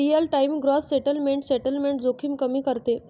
real time gross settlement settlement जोखीम कमी करते